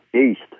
east